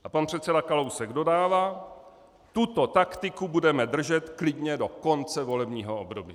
A pan předseda Kalousek dodává: Tuto taktiku budeme držet klidně do konce volebního období.